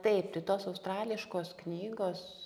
taip tai tok australiškos knygos